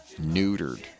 neutered